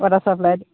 water supply the